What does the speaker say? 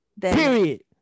period